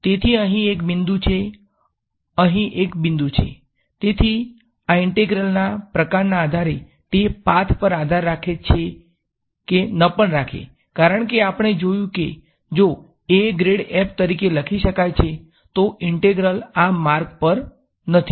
તેથી અહીં એક બિંદુ છે અહીં એક બિંદુ છે તેથી આ ઇન્ટેગ્રલ ના પ્રકાર ના આધારે તે પાથ પર આધાર રાખે છે કે ન પણ રાખે કારણ કે આપણે જોયું છે કે જો a ગ્રેડ f તરીકે લખી શકાય છે તો ઇન્ટેગ્રલ આ માર્ગ પર નથી